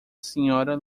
sra